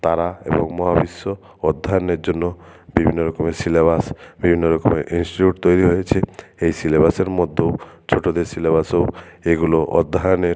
তারা এবং মহাবিশ্ব অধ্যায়নের জন্য বিভিন্ন রকমের সিলেবাস বিভিন্ন রকমের ইনস্টিটিউট তৈরি হয়েছে এই সিলেবাসের মধ্যেও ছোটোদের সিলেবাসেও এইগুলো অধ্যায়নের